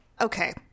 okay